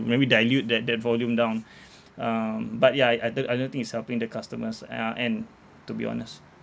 maybe dilute that that volume down um but ya I d~ I don't it's helping the customers at our end to be honest